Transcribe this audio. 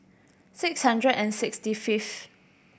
six hundred and sixty fifth